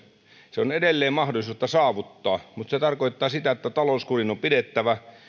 se on edelleen mahdollista saavuttaa mutta se tarkoittaa sitä että talouskurin on pidettävä